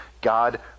God